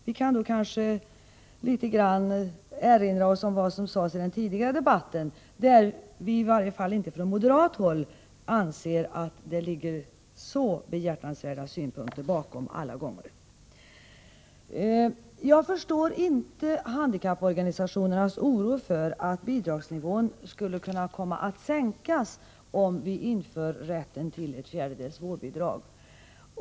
Jag kanske kan få påminna om vad som sades i den tidigare debatten, där i varje fall inte vi från moderat håll anser att de bakomliggande synpunkterna är så behjärtansvärda alla gånger. Jag förstår inte handikapporganisationernas oro för att bidragsnivån skulle komma att sänkas om vi införde rätten till ett fjärdedels vårdbidrag.